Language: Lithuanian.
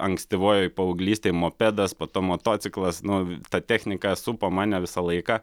ankstyvojoj paauglystėj mopedas po to motociklas nu ta technika supo mane visą laiką